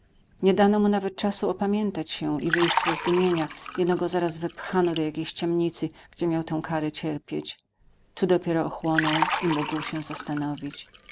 nie dano mu nawet czasu opamiętać się i wyjść ze zdumienia jeno go zaraz wepchano do jakiejś ciemnicy gdzie miał tę karę cierpieć tu dopiero ochłonął i mógł się zastanowić